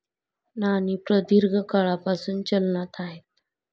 नाणी प्रदीर्घ काळापासून चलनात आहेत